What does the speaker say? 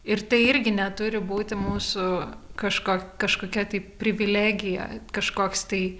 ir tai irgi neturi būti mūsų kažko kažkokia tai privilegija kažkoks tai